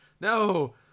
no